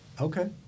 Okay